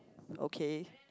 okay